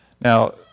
Now